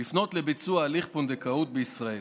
לפנות לביצוע הליך פונדקאות בישראל.